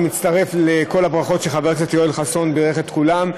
אני מצטרף לכל הברכות שחבר הכנסת יואל חסון בירך את כולם,